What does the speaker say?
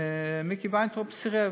מיקי וינטראוב סירב.